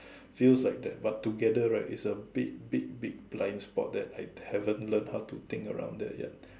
feels like that but together right it's a big big big blind spot that I haven't learn how to think around that yet